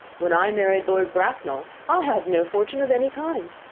when i married lord bracknell i had no fortune of any kind.